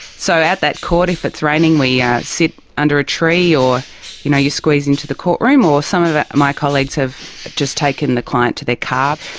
so at that court, if it's raining we yeah sit under a tree or you know you squeeze into the courtroom, or some of my colleagues have just taken the client to their car.